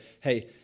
hey